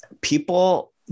people